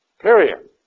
Period